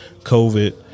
COVID